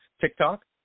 TikTok